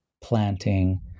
planting